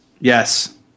Yes